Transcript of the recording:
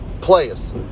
players